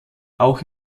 auch